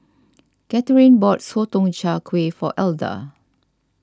Katharine bought Sotong Char Kway for Elda